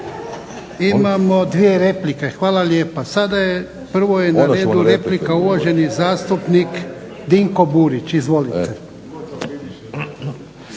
Imamo dvije replike. Hvala lijepa. Sada je prvo je na redu replika uvaženi zastupnik Dinko Burić. Izvolite.